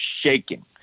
shaking